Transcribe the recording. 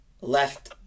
left